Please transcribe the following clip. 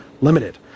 limited